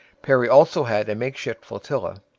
perry also had a makeshift flotilla,